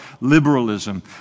liberalism